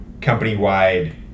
company-wide